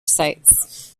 sites